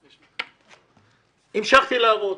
הרווחה והשירותים החברתיים חיים כץ: אני המשכתי לעבוד.